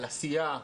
על עשייה,